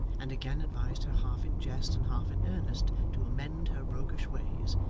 and again advised her half in jest and half in earnest to amend her roguish ways,